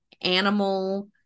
animal